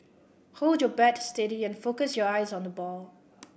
hold your bat steady and focus your eyes on the ball